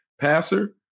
passer